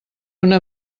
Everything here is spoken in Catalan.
una